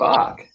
Fuck